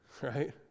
Right